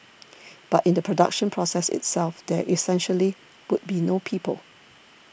but in the production process itself there essentially would be no people